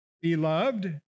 beloved